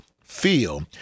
feel